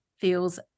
feels